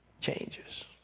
changes